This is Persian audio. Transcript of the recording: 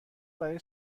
برای